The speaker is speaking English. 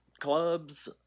Clubs